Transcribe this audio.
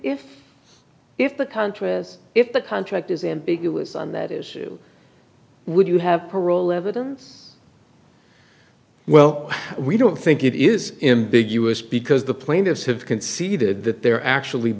if if the contras if the contract is ambiguous on that is would you have parole evidence well we don't think it is him big u s because the plaintiffs have conceded that they're actually